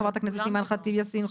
חברת הכנסת אימאן ח'טיב יאסין,